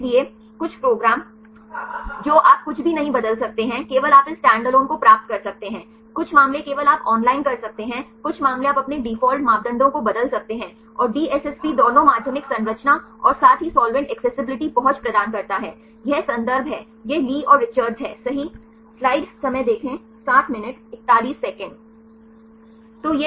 इसलिए कुछ प्रोग्राम जो आप कुछ भी नहीं बदल सकते हैं केवल आप इस स्टैंडअलोन को प्राप्त कर सकते हैं कुछ मामले केवल आप ऑनलाइन कर सकते हैं कुछ मामले आप अपने डिफ़ॉल्ट मापदंडों को बदल सकते हैं और DSSP दोनों माध्यमिक संरचना और साथ ही साल्वेंट एक्सेसिबिलिटी पहुंच प्रदान करता है यह संदर्भ है यह ली और रिचर्ड्स हैं सही